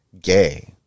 gay